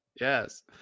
yes